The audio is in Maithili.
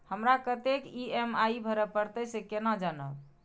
हमरा कतेक ई.एम.आई भरें परतें से केना जानब?